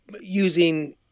using